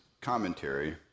commentary